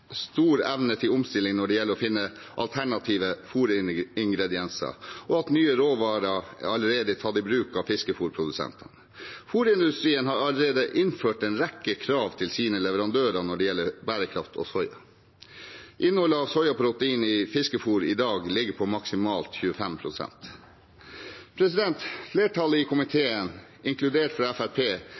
stor evne til omstilling når det gjelder å finne alternative fôringredienser, og nye råvarer er allerede tatt i bruk av fiskefôrprodusentene. Fôrindustrien har allerede innført en rekke krav til sine leverandører når det gjelder bærekraft og soya. Innholdet av soyaprotein i fiskefôret i dag ligger på maksimalt 25 pst. Flertallet i komiteen, inkludert